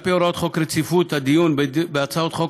על-פי הוראות חוק רציפות הדיון בהצעות חוק,